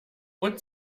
und